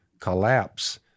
collapse